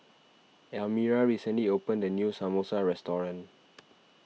Elmyra recently opened a new Samosa restaurant